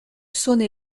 saône